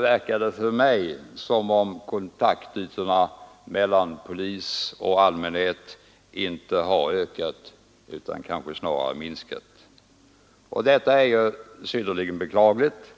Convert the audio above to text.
verkar det för mig som om kontaktytorna mellan polis och allmänhet inte har ökat utan kanske snarare minskat. Detta är synnerligen beklagligt.